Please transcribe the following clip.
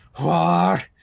War